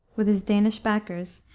with his danish backers,